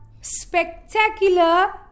spectacular